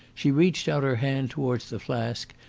she reached out her hand towards the flask,